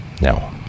No